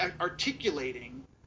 articulating